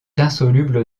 insoluble